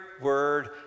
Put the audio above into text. word